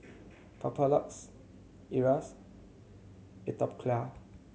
Papulex Atopiclair